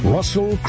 Russell